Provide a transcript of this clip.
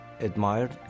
admired